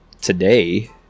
today